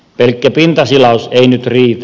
pelkkä pintasilaus ei nyt riitä